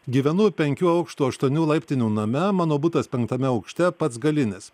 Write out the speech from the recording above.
gyvenu penkių aukštų aštuonių laiptinių name mano butas penktame aukšte pats galinis